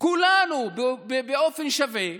כולנו באופן שווה,